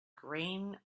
grain